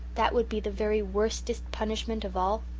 that would be the very worstest punishment of all?